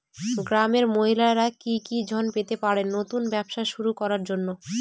গ্রামের মহিলারা কি কি ঋণ পেতে পারেন নতুন ব্যবসা শুরু করার জন্য?